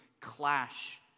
clash